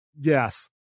yes